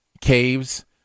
Caves